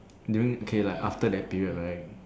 during okay like after that period right